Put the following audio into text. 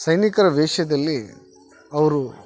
ಸೈನಿಕರ ವೇಷದಲ್ಲಿ ಅವರು